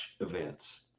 events